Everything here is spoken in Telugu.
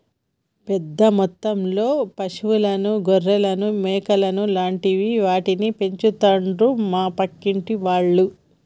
పెద్ద మొత్తంలో పశువులను గొర్రెలను మేకలు లాంటి వాటిని పెంచుతండు మా ఇంటి పక్కోళ్లు